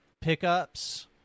pickups